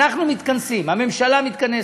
אנחנו מתכנסים, הממשלה מתכנסת,